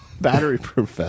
battery-proof